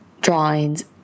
drawings